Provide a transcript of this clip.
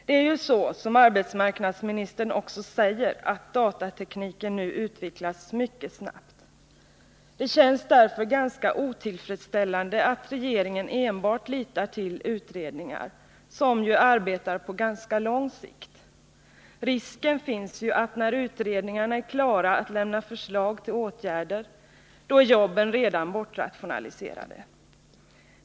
Det är ju så, som arbetsmarknadsministern också säger, att datatekniken nu utvecklas mycket snabbt. Det känns därför ganska otillfredsställande att regeringen enbart litar till utredningar, som ju arbetar på ganska lång sikt. Risken finns att när utredningarna är klara att lämna förslag till åtgärder, då är jobben redan bortrationaliserade.